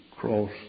cross